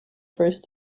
first